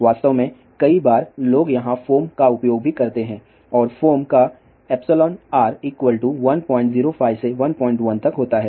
वास्तव में कई बार लोग यहाँ फोम का उपयोग भी करते हैं और फोम का εr 105 से 11 तक होता हैं